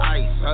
ice